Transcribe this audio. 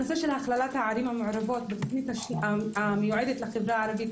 הנושא של הכללת הערבים המעורבות בתוכנית המיועדת לחברה הערבית,